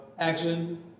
Action